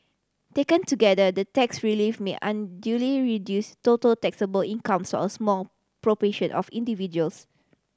taken together the tax relief may unduly reduce total taxable incomes a small proportion of individuals